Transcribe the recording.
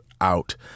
out